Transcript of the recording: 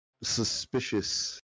suspicious